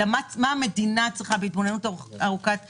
אלא מה המדינה צריכה בהתבוננות ארוכת טווח.